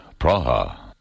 Praha